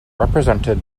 represented